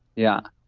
yeah,